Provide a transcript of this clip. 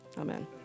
Amen